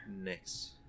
next